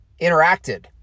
interacted